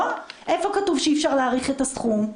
איפה כתוב שאי-אפשר להאריך את הסכום,